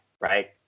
right